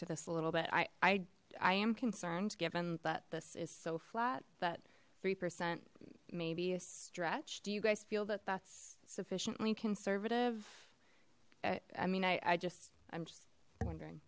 to this a little bit i am concerned given that this is so flat that three percent may be a stretch do you guys feel that that's sufficiently conservative i mean i i just i'm just wondering